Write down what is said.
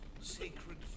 sacred